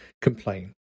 complain